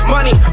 Money